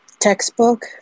textbook